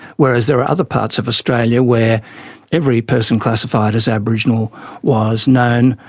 whereas there are other parts of australia where every person classified as aboriginal was known,